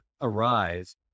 arise